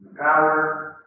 power